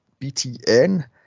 BTN